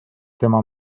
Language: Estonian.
tema